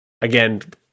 again